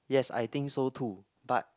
yes I think so too but